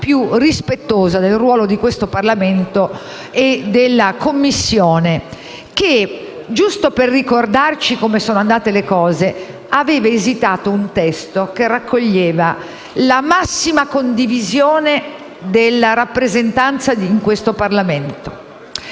a me pare la più rispettosa del ruolo di questo Parlamento e della Commissione, la quale - giusto per ricordare come sono andate le cose - aveva esitato un testo che raccoglieva il massimo consenso della rappresentanza di questo Parlamento.